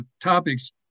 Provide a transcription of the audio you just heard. topics